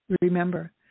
remember